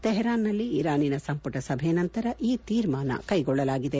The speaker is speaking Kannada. ತೆಹ್ರಾನ್ ನಲ್ಲಿ ಇರಾನಿನ ಸಂಪುಟ ಸಭೆಯ ನಂತರ ಈ ತೀರ್ಮಾನ ಕೈಗೊಳ್ದಲಾಗಿದೆ